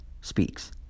speaks